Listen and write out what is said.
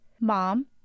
Mom